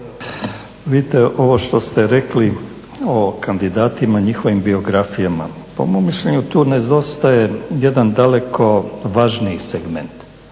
Vidite ovo što ste rekli o kandidatima i njihovim biografijama, po mom mišljenju tu nedostaje jedan daleko važniji segment,